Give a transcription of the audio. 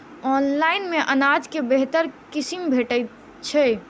Online मे अनाज केँ बेहतर किसिम भेटय छै?